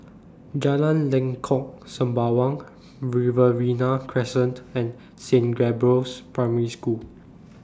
Jalan Lengkok Sembawang Riverina Crescent and Saint Gabriel's Primary School